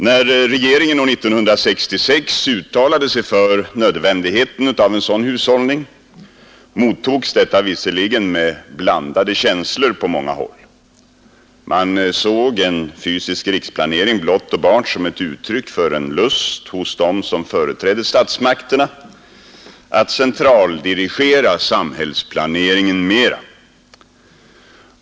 När regeringen år 1966 uttalade sig för nödvändigheten av en sådan hushållning, mottogs detta visserligen med blandade känslor på många håll. Man såg en fysisk riksplanering blott och bart som ett uttryck för en lust hos dem som företrädde statsmakterna att centraldirigera samhällsplaneringen mera.